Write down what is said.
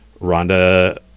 Rhonda